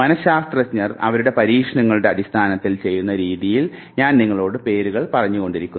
മനഃശാസ്ത്രജ്ഞർ അവരുടെ പരീക്ഷണങ്ങളുടെ അടിസ്ഥാനത്തിൽ ചെയ്യുന്ന രീതിയിൽ ഞാൻ നിങ്ങളോട് പേരുകൾ പറഞ്ഞുകൊണ്ടിരിക്കുന്നു